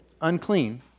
unclean